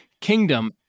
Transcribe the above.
Kingdom